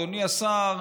אדוני השר,